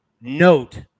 note